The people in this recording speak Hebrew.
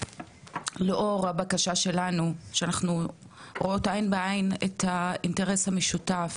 לאור הבקשה שלנו שאנחנו רואות עין בעין את האינטרס המשותף